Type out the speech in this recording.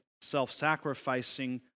self-sacrificing